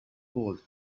gold